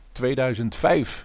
2005